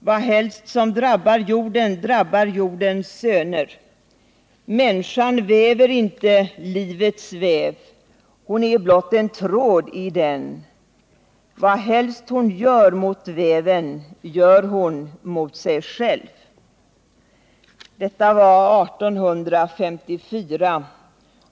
Vadhelst som drabbar jorden, drabbar jordens söner. Människan vävde inte livets väv, hon är blott en tråd i den. Vadhelst hon gör mot väven, gör hon mot sig själv.” Detta var 1854.